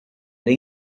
and